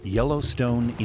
Yellowstone